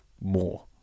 more